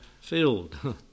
filled